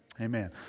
amen